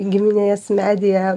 giminės medyje